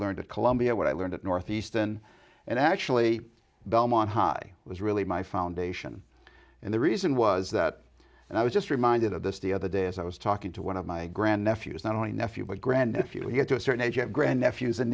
learned at columbia what i learned at northeastern and actually belmont high was really my foundation and the reason was that and i was just reminded of this the other day as i was talking to one of my grand nephew is not only nephew but grand if you get to a certain age you have grand nephews and